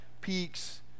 peaks